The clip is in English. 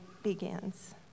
begins